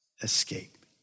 escape